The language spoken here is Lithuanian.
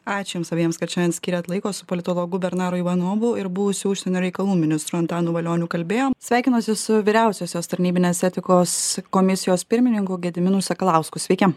ačiū jums abiems kad šiandien skyrėt laiko su politologu bernaru ivanovu ir buvusiu užsienio reikalų ministru antanu valioniu kalbėjom sveikinuosi su vyriausiosios tarnybinės etikos komisijos pirmininku gediminu sakalausku sveiki